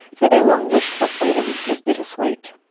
so their long wished-for freedom was bittersweet.